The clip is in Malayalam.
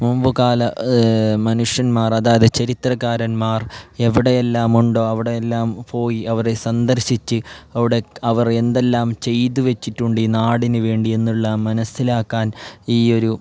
മുമ്പ് കാല മനുഷ്യന്മാർ അതായത് ചരിത്രകാരന്മാർ എവിടെയെല്ലാം ഉണ്ടോ അവിടെയെല്ലാം പോയി അവരെ സന്ദർശിച്ച് അവിടെ അവർ എന്തെല്ലാം ചെയ്തു വച്ചിട്ടുണ്ട് നാടിന് വേണ്ടി എന്നുള്ളത് മനസിലാക്കാൻ ഈ ഒരു